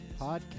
podcast